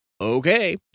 okay